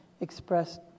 expressed